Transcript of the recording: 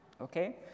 okay